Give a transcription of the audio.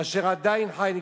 אשר עדיין חי, תודה.